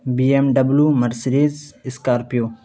be M W Mercedes Scorpio